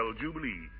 Jubilee